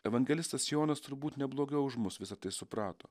evangelistas jonas turbūt ne blogiau už mus visa tai suprato